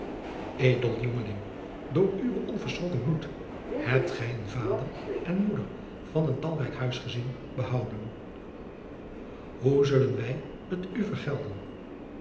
edel jongeling door uwen onverschrokken moed hebt gij een vader en moeder van een talrijk huisgezin behouden hoe zullen wij t u vergelden